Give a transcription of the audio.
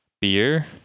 beer